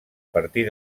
partir